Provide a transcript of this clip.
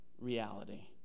reality